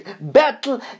battle